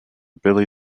billy